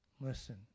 listen